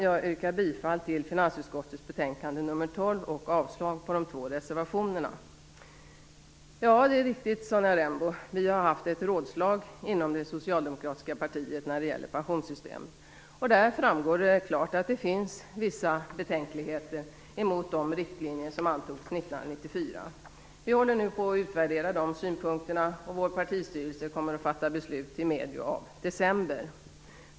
Jag yrkar bifall till hemställan i finansutskottets betänkanden nr 12 och avslag på de två reservationerna. Det är riktigt att vi har haft ett rådslag inom det socialdemokratiska partiet om pensionssystemet, Sonja Rembo. Det framgår klart att det finns vissa betänkligheter mot de riktlinjer som antogs 1994. Vi håller nu på att utvärdera dessa synpunkter. Vår partistyrelse kommer att fatta beslut i medio av december.